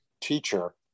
teacher